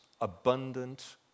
abundant